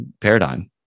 paradigm